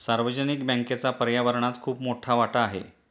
सार्वजनिक बँकेचा पर्यावरणात खूप मोठा वाटा आहे